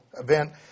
event